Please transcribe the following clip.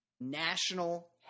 national